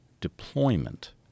deployment